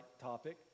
topic